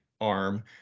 arm